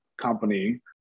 company